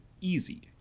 easy